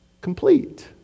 complete